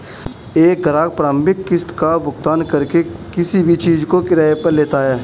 एक ग्राहक प्रारंभिक किस्त का भुगतान करके किसी भी चीज़ को किराये पर लेता है